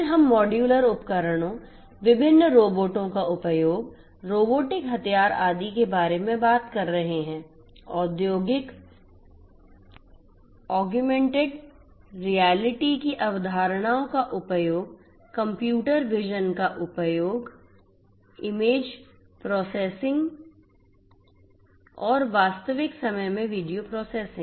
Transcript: फिर हम मॉड्यूलर उपकरणों विभिन्न रोबोटों का उपयोग रोबोटिक हथियार आदि के बारे में बात कर रहे हैं औद्योगिक ऑगमेंटेड रियलिटी की अवधारणाओं का उपयोग कंप्यूटर विज़न का उपयोग इमेज प्रोसेसिंग और वास्तविक समय में वीडियो प्रोसेसिंग